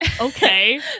Okay